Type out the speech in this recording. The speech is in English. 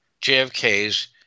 JFK's